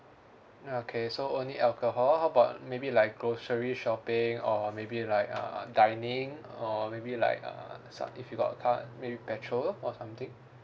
ya okay so only alcohol how about maybe like grocery shopping or maybe like uh dining or maybe like uh sa~ if you got a car maybe petrol or something